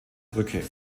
brücke